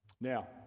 Now